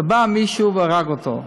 ובא מישהו והרג אותו.